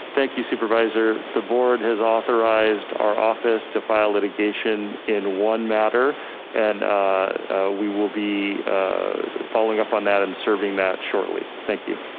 thank you, supervisor. the board has authorized our office to file litigation in one matter and we will be following up on that and serving that shortly, thank you.